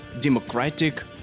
democratic